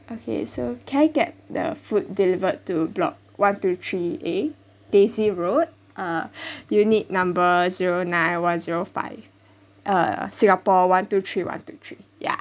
okay so can I get the food delivered to block one two three a daisy road uh unit number zero nine one zero five uh singapore one two three one two three ya